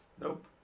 Nope